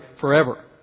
forever